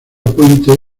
puente